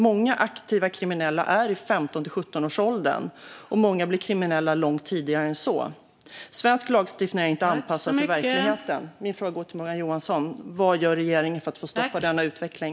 Många aktiva kriminella är i 15-17-årsåldern, och många blir kriminella långt tidigare än så. Svensk lagstiftning är inte anpassad till verkligheten. Min fråga går till Morgan Johansson. Vad gör regeringen för att få stopp på denna utveckling?